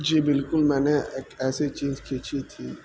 جی بالکل میں نے ایک ایسی چیز کھینچی تھی